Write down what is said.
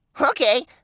Okay